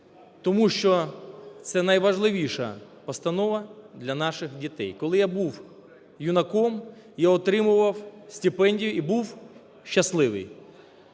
тому що це найважливіша постанова для наших дітей. Коли я був юнаком, я отримував стипендію і був щасливий.